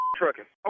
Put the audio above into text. trucking